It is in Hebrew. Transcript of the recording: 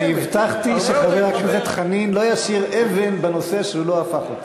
אני הבטחתי שחבר הכנסת חנין לא ישאיר בנושא אבן שהוא לא הפך אותה.